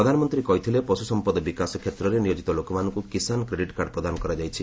ପ୍ରଧାନମନ୍ତ୍ରୀ କହିଥିଲେ ପଶୁସମ୍ପଦ ବିକାଶ କ୍ଷେତ୍ରରେ ନିୟୋଜିତ ଲୋକମାନଙ୍କୁ କିଷାନ କ୍ରେଡିଟ୍ କାର୍ଡ଼ ପ୍ରଦାନ କରାଯାଇଛି